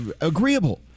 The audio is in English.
agreeable